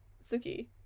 Suki